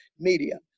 media